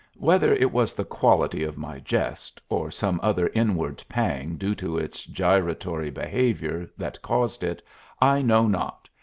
whether it was the quality of my jest, or some other inward pang due to its gyratory behavior, that caused it i know not,